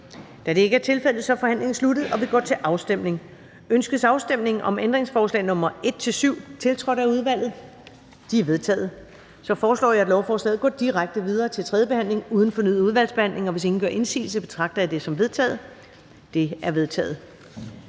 Da det ikke er tilfældet, er forhandlingen sluttet, og vi går til afstemning. Kl. 14:59 Afstemning Første næstformand (Karen Ellemann): Ønskes afstemning om ændringsforslag nr. 1-7, tiltrådt af udvalget? De er vedtaget. Jeg foreslår, at lovforslaget går direkte videre til tredje behandling uden fornyet udvalgsbehandling. Hvis ingen gør indsigelse, betragter jeg det som vedtaget. Det er vedtaget.